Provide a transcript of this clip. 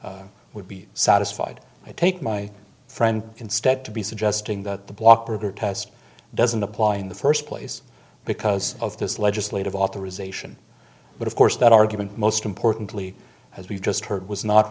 t would be satisfied i take my friend instead to be suggesting that the block berger test doesn't apply in the first place because of this legislative authorization but of course that argument most importantly as we've just heard was not